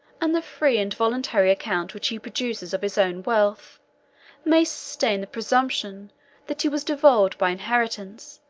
and the free and voluntary account which he produces of his own wealth may sustain the presumption that he was devolved by inheritance,